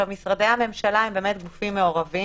עכשיו, משרדי הממשלה הם באמת גופים מעורבים.